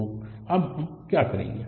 तो अब हम क्या करेंगे